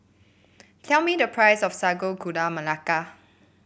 tell me the price of Sago Gula Melaka